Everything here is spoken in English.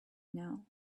knew